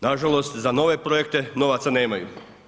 Nažalost, za nove projekte novaca nemaju.